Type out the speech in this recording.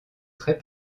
très